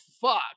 fuck